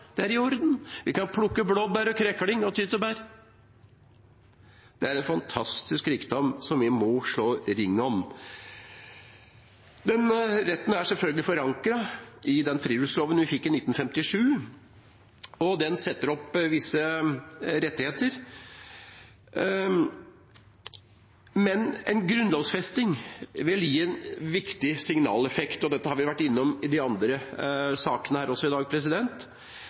det er i orden. Vi kan plukke blåbær og krekling og tyttebær. Det er en fantastisk rikdom som vi må slå ring om. Denne retten er selvfølgelig forankret i friluftsloven vi fikk i 1957, og den setter opp visse rettigheter. Men en grunnlovfesting vil gi en viktig signaleffekt, og dette har vi vært innom i de andre sakene her også, om retten til fri ferdsel, men også om hensynsfull ferdsel i